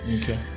Okay